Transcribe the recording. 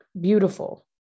beautiful